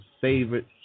favorite